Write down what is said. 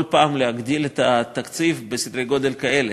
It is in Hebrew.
פעם להגדיל את התקציב בסדרי גודל כאלה,